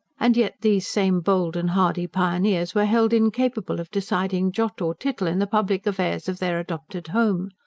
and yet these same bold and hardy pioneers were held incapable of deciding jot or tittle in the public affairs of their adopted home.